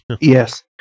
yes